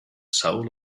soul